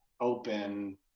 open